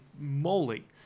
moly